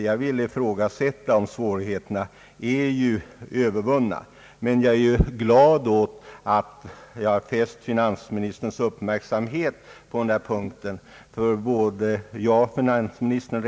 Jag vill ifrågasätta om svårigheterna är övervunna, men jag är glad att jag fäst finansministerns uppmärksamhet på förhållandena.